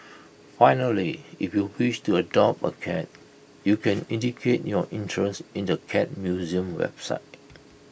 finally if you wish to adopt A cat you can indicate your interest in the cat museum's website